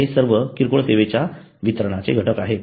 हे सर्व किरकोळ सेवेच्या वितरणाचे घटक आहेत